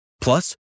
Plus